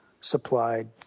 supplied